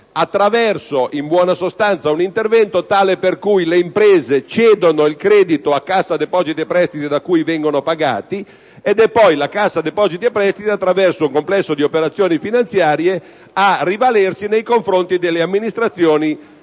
Stato. Questo intervento sarebbe tale per cui le imprese cedono il credito alla Cassa depositi e prestiti da cui vengono pagate ed è poi la Cassa depositi e prestiti, attraverso un complesso di operazioni finanziarie, a rivalersi nei confronti delle amministrazioni